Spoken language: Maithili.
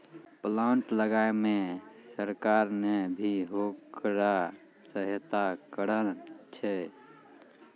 प्लांट लगाय मॅ सरकार नॅ भी होकरा सहायता करनॅ छै